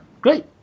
great